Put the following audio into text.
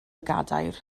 gadair